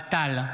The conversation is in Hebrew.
אוהד טל,